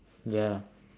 ya